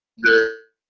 the.